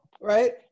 right